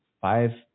five